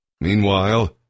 Meanwhile